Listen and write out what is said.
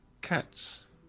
cats